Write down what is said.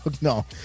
No